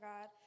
God